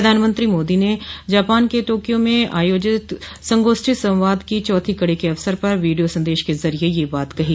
प्रधानमंत्री मोदी ने जापान के तोक्यो में आयोजित संगोष्ठी संवाद की चौथी कड़ी के अवसर पर वीडियो संदेश के जरिए यह बात कहो